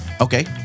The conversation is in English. Okay